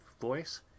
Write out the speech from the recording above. voice